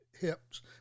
hips